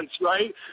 right